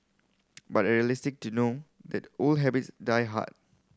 but are realistic to know that old habits die hard